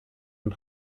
und